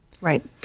Right